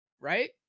Right